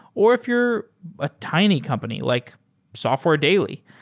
or if you're a tiny company like software daily.